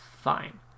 fine